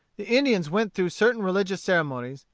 the indians went through certain religious ceremonies,